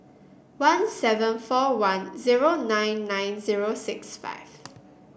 one seven four one zero nine nine zero six five